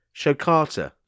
Shokata